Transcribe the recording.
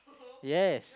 yes